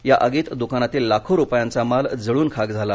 या आगीत दकानातील लाखो रुपयांचा माल जळून खाक झाला